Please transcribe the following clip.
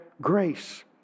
grace